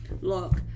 look